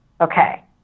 okay